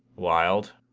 wild,